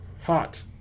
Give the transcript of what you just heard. Hot